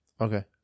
Okay